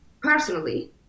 personally